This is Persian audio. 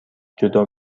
جدا